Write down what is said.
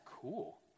cool